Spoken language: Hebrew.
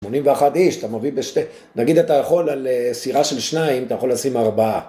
81 איש, אתה מוביל בשתי, נגיד אתה יכול על סירה של שניים, אתה יכול לשים ארבעה.